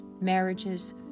marriages